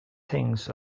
things